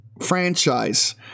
franchise